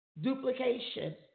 Duplication